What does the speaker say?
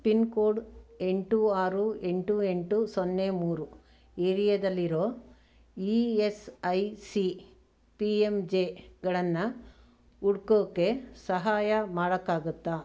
pin code ಎಂಟು ಆರು ಎಂಟು ಎಂಟು ಸೊನ್ನೆ ಮೂರು ಏರಿಯಾದಲ್ಲಿರೋ E S I C P M ಜೆಗಳನ್ನು ಹುಡ್ಕೋಕ್ಕೆ ಸಹಾಯ ಮಾಡೋಕ್ಕಾಗತ್ತಾ